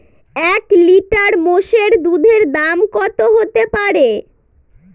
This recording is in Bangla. এক লিটার মোষের দুধের দাম কত হতেপারে?